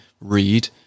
read